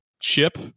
ship